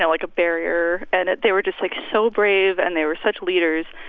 yeah like a barrier. and they were just, like, ah so brave, and they were such leaders.